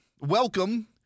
Welcome